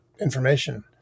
information